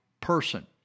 person